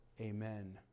Amen